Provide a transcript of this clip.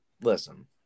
Listen